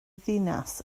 ddinas